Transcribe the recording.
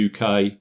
UK